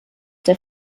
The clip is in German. der